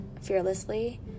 fearlessly